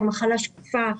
מחלה שקופה.